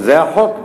זה החוק,